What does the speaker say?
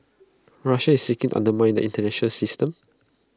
Russia is seeking undermine the International system